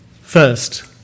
First